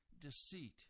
deceit